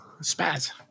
Spaz